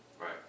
Right